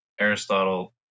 Aristotle